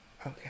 Okay